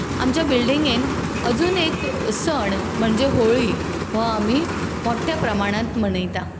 आमच्या बिल्डिंगेंत अजून एक सण म्हणजें होळी हो आमी मोठ्या प्रमाणान मनयतात